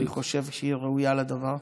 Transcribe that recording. אני חושה שהיא ראויה לדבר.